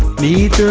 meet